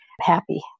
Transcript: happy